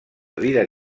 vida